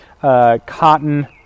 cotton